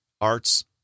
arts